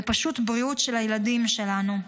זו פשוט הבריאות של הילדים שלנו.